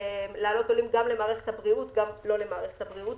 גם למערכת הבריאות וגם לא למערכת הבריאות.